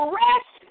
rest